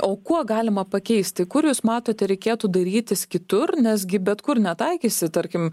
o kuo galima pakeisti kur jūs matote reikėtų dairytis kitur nes gi bet kur netaikysi tarkim